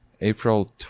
april